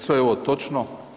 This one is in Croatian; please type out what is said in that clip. Sve je ovo točno.